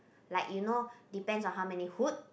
like you know depends on how many hoot